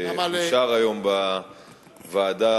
שאושר היום בוועדה.